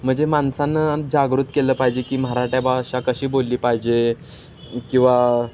म्हणजे माणसांना जागृत केलं पाहिजे की मराठी भाषा कशी बोलली पाहिजे किंवा